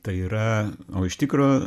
tai yra o iš tikro